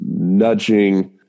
nudging